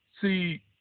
See